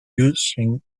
using